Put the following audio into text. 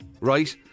right